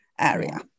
area